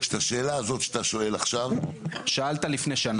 את השאלה הזאת שאתה שואל עכשיו --- שאלת לפני שנה.